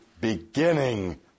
beginning